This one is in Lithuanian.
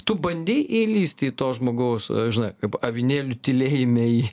tu bandei įlįsti į to žmogaus žinai kaip avinėlių tylėjime į